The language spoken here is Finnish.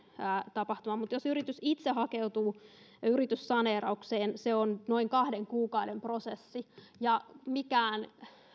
tapahtuma mutta jos yritys itse hakeutuu yrityssaneeraukseen se on noin kahden kuukauden prosessi ja mikään